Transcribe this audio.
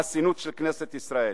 חסינות של כנסת ישראל.